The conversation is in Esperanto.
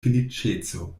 feliĉeco